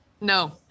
No